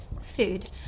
food